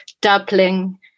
doubling